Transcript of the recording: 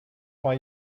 why